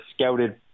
scouted